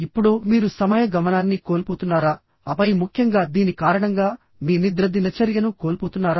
ఇప్పుడు మీరు సమయ గమనాన్ని కోల్పోతున్నారా ఆపై ముఖ్యంగా దీని కారణంగా మీ నిద్ర దినచర్యను కోల్పోతున్నారా